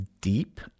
deep